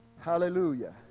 Hallelujah